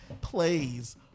plays